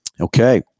Okay